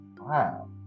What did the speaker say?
Wow